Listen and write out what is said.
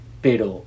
Pero